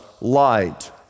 light